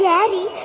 Daddy